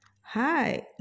Hi